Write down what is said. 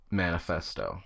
manifesto